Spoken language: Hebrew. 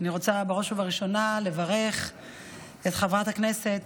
אני רוצה בראש ובראשונה לברך את חברת הכנסת